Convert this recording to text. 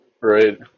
Right